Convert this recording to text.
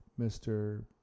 Mr